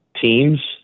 teams